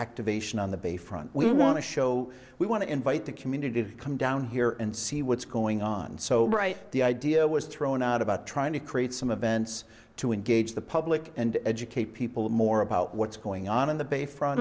activation on the bay front we want to show we want to invite the community to come down here and see what's going on so right the idea was thrown out about trying to create some advance to engage the public and educate people more about what's going on in the bay front